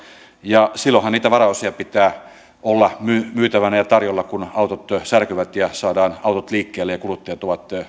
ja silloinhan niitä varaosia pitää olla myytävänä ja tarjolla kun autot särkyvät ja saadaan autot liikkeelle ja kuluttajat ovat